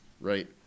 right